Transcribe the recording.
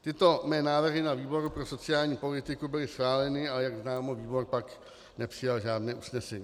Tyto mé návrhy na výboru pro sociální politiku byly schváleny, ale jak známo, výbor pak nepřijal žádné usnesení.